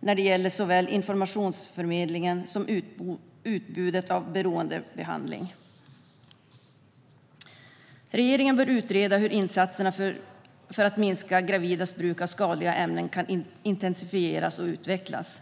när det gäller såväl informationsförmedling som beroendebehandling. Regeringen bör utreda hur insatserna för att minska gravidas bruk av skadliga ämnen kan intensifieras och utvecklas.